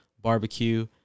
barbecue